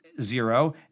zero